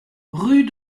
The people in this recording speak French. rue